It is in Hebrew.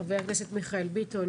חבר הכנסת מיכאל ביטון,